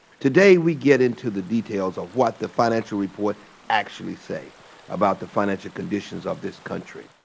today we get into the details of what the financial reports actually say about the financial conditions of this country.